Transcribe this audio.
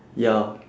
ya